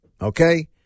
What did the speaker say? Okay